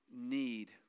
need